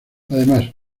además